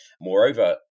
Moreover